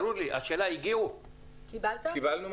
השאלה היא אם קיבלת.